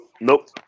Nope